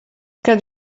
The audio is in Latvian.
kad